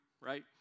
right